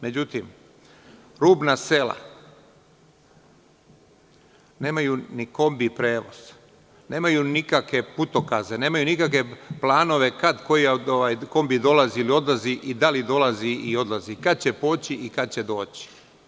Međutim, rubna sela nemaju ni kombi prevoz, nemaju nikakve putokaze, nemaju nikakve planove kad koji kombi dolazi ili odlazi i da li dolazi i odlazi, kad će poći i kad će doći.